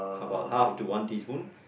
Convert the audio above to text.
how about half to one teaspoon